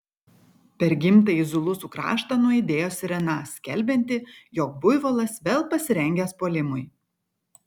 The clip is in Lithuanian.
per gimtąjį zulusų kraštą nuaidėjo sirena skelbianti jog buivolas vėl pasirengęs puolimui